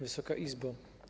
Wysoka Izbo!